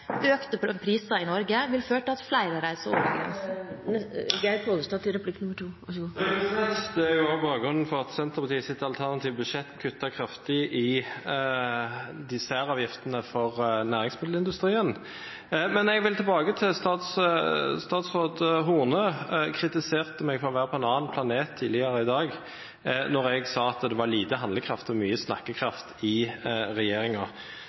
priser i Norge vil føre til at flere reiser over. Det er jo også bakgrunnen for at Senterpartiet i sitt alternative budsjett kuttet kraftig i de særavgiftene for næringsmiddelindustrien. Statsråd Horne kritiserte meg tidligere i dag for å være på en annen planet da jeg sa at det var lite handlekraft og mye snakkekraft i